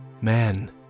Man